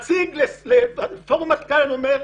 אני מציג לפורום מטכ"ל ואומר: